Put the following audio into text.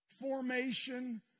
formation